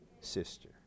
sister